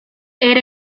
era